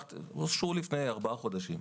הם אושרו לפני ארבעה חודשים.